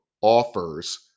offers